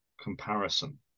comparison